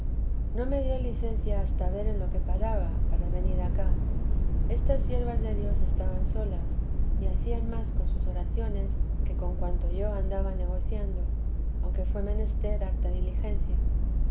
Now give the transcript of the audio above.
no me dio licencia hasta ver en lo que paraba para venir acá estas siervas de dios estaban solas y hacían más con sus oraciones que con cuanto yo andaba negociando aunque fué menester harta diligencia